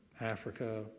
Africa